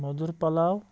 مۅدُر پۅلاو